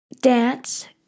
dance